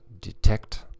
Detect